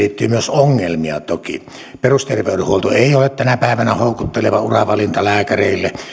ongelmia toki perusterveydenhuolto ei ole tänä päivänä houkutteleva uravalinta lääkäreille